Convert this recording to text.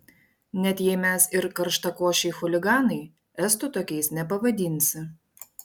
net jei mes ir karštakošiai chuliganai estų tokiais nepavadinsi